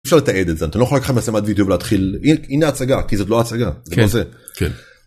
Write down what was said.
אי אפשר לתעד את זה, אתה לא יכול לקחת מצלמת וידאו להתחיל.. הנה הצגה כי זאת לא הצגה.